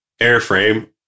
airframe